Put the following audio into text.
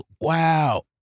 wow